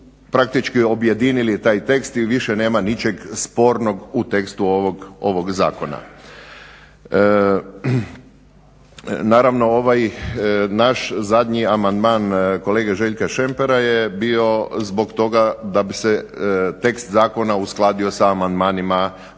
praktički objedinili taj tekst i više nema ničeg spornog u tekstu ovog zakona. Naravno ovaj naš zadnji amandman kolege Željka Šempera je bio zbog toga da bi se tekst zakona uskladio sa amandmanima